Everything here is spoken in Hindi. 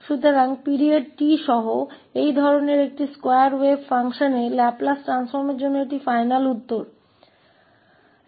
तो अवधि T के साथ इस तरह के एक वर्ग तरंग समारोह के लाप्लास परिवर्तन के लिए यह अंतिम उत्तर है